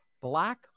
Black